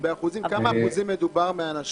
מדובר על כמה אחוזים מהאנשים,